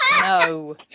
No